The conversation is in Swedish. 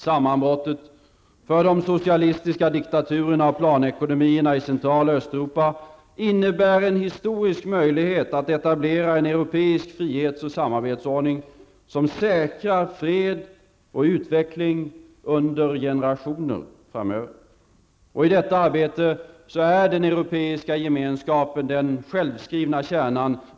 Sammanbrottet för de socialistiska diktaturerna och planekonomierna i Central och Östeuropa innebär en historisk möjlighet att etablera en europeisk frihets och samarbetsordning som säkrar fred och utveckling under generationer framöver. I detta arbete är den europeiska gemenskapen den självskrivna kärnan.